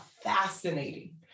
fascinating